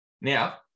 Now